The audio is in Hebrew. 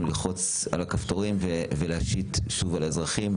ללחוץ על כפתורים ולהשית שוב על האזרחים.